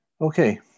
Okay